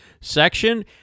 section